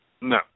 No